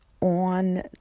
on